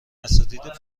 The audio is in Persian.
اساتید